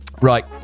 Right